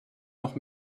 noch